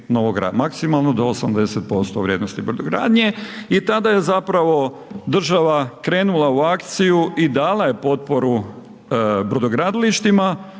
maksimalno do 80% vrijednosti brodogradnje. I tada je zapravo država krenula u akciju i dala je potporu brodogradilištima